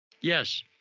Yes